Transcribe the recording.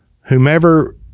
whomever